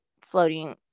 floating